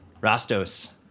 Rastos